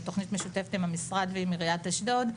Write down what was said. תוכנית משותפת עם המשרד ועם עיריית אשדוד,